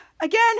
Again